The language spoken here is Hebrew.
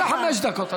יש לך חמש דקות?